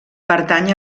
pertany